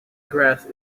grass